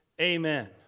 Amen